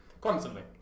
Constantly